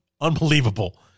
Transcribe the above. unbelievable